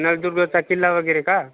नळदुर्गचा किल्ला वगैरे का